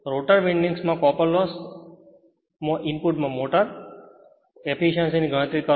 rotor વિન્ડિંગ્સમાં કોપરના loss મોટરમાં ઇનપુટ એફીશ્યંસી ની ગણતરી કરો